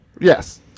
Yes